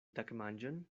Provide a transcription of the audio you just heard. tagmanĝon